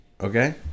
Okay